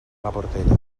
portella